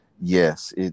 yes